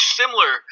similar